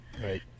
Right